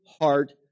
heart